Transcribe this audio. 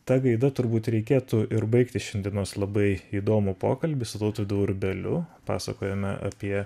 ta gaida turbūt reikėtų ir baigti šiandienos labai įdomų pokalbį su tautvydu urbeliu pasakojome apie